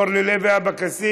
אורלי לוי אבקסיס,